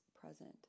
present